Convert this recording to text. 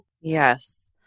Yes